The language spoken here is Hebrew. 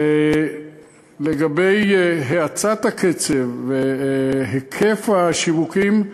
לגבי האצת הקצב והיקף השיווקים,